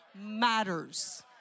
matters